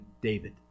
David